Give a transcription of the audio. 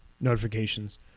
notifications